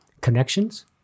Connections